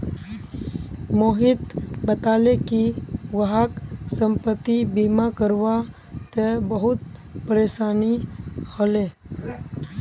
मोहित बताले कि वहाक संपति बीमा करवा त बहुत परेशानी ह ले